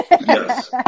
yes